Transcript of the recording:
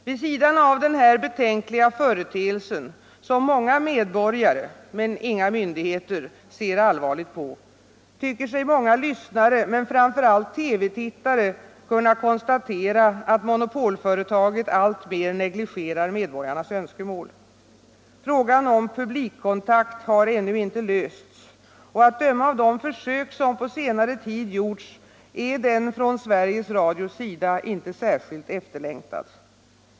Vid sidan av denna betänkliga företeelse som många medborgare, men inga myn digheter, ser allvarligt på tycker sig många lyssnare men framför allt TV-tittare kunna konstatera att monopolföretaget alltmer negligerar medborgarnas önskemål. Frågan om publikkontakt har ännu inte lösts — och att döma av de försök som på senare tid gjorts är den från Sveriges Radios sida inte särskilt efterlängtad.